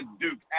Duke